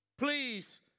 Please